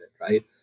right